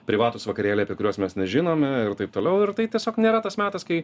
privatūs vakarėliai apie kuriuos mes nežinome ir taip toliau ir tai tiesiog nėra tas metas kai